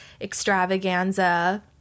extravaganza